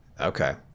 okay